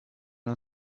non